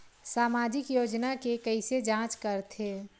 सामाजिक योजना के कइसे जांच करथे?